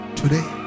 today